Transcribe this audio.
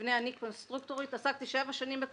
גם היום מתכנני הפיגומים הם לרוב בכלל